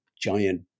giant